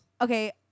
Okay